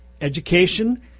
education